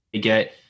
get